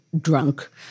drunk